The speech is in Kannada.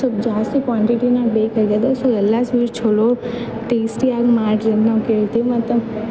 ಸ್ವಲ್ಪ ಜಾಸ್ತಿ ಕ್ವಾಂಟಿಟೀನೇ ಬೇಕಾಗ್ಯದ ಸೊ ಎಲ್ಲ ಸ್ವೀಟ್ ಛಲೋ ಟೇಸ್ಟಿಯಾಗಿ ಮಾಡ್ರಿ ಅಂತ ನಾವು ಕೇಳ್ತಿವಿ ಮತ್ತು